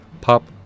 Pop